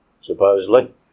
supposedly